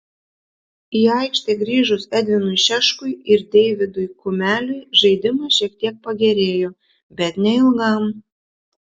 į aikštę grįžus edvinui šeškui ir deividui kumeliui žaidimas šiek tiek pagerėjo bet neilgam